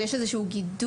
יש איזה שהוא גידור?